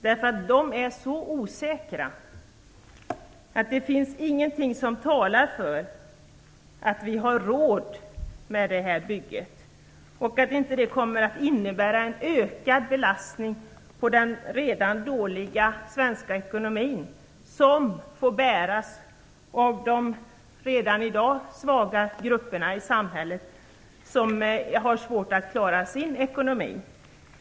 De är nämligen så osäkra att det inte finns något som talar för att vi har råd med detta bygge eller som säger att det inte kommer att innebära en ökad belastning på den redan dåliga svenska ekonomin. Detta får bäras av de redan i dag svaga grupper i samhället som har svårt att klara sin ekonomi.